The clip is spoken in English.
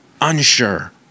unsure